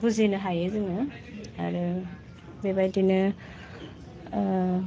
बुजिनो हायो जोङो आरो बेबायदिनो